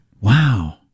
Wow